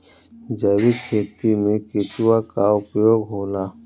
जैविक खेती मे केचुआ का उपयोग होला?